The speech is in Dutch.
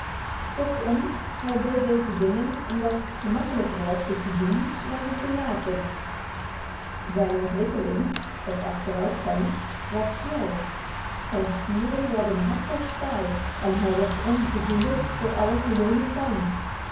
kortom hij deed deze dingen omdat het gemakkelijker was ze te doen dan te laten zijn ontwikkeling of achteruitgang was snel zijn spieren werden hard als staal en hij werd ongevoelig voor alle gewone pijn